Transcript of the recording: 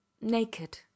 naked